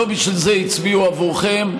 לא בשביל זה הצביעו בעבורכם.